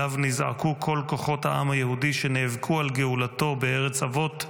שאליו נזעקו כל כוחות העם היהודי שנאבקו על גאולתו בארץ אבות,